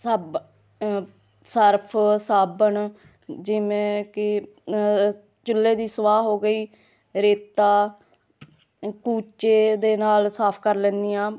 ਸਭ ਸਰਫ ਸਾਬਣ ਜਿਵੇਂ ਕਿ ਚੁੱਲ੍ਹੇ ਦੀ ਸਵਾਹ ਹੋ ਗਈ ਰੇਤਾ ਕੂਚੇ ਦੇ ਨਾਲ ਸਾਫ ਕਰ ਲੈਂਦੀ ਹਾਂ